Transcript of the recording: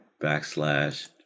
backslash